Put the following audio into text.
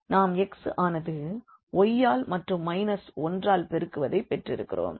நாம் x ஆனது 1 ஆல் மற்றும் 1 ஆல் பெருக்குவதைப் பெற்றிருக்கிறோம்